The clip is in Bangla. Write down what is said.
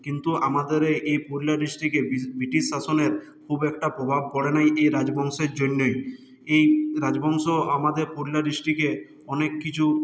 কিন্তু আমাদের এই পুরুলিয়া ডিস্ট্রিকের ব্রিটিশ শাসনের খুব একটা প্রভাব পড়েনি এই রাজবংশের জন্যেই এই রাজবংশ আমাদের পুরুলিয়া ডিস্ট্রিকে অনেক কিছু